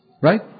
Right